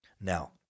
Now